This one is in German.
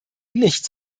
nicht